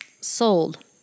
sold